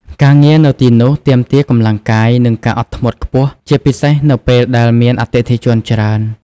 ការងារនៅទីនោះទាមទារកម្លាំងកាយ និងការអត់ធ្មត់ខ្ពស់ ជាពិសេសនៅពេលដែលមានអតិថិជនច្រើន។